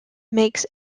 makes